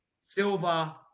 Silver